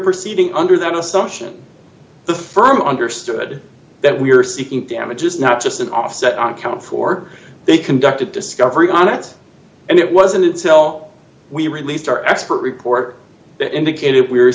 proceeding under that assumption the firm understood that we are seeking damages not just an offset on count for they conducted discovery on it and it wasn't until we released our expert report that indicated we